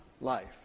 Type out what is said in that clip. life